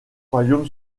royaume